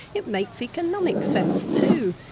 it makes economic sense too.